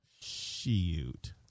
Shoot